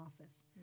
office